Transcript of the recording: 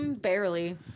barely